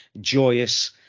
joyous